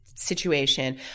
Situation